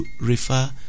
refer